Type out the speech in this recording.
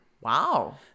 Wow